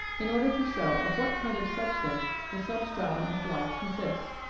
in order to show of what kind of substance the substratum of life consists.